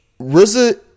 RZA